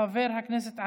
חבר הכנסת מיכאל מלכיאלי,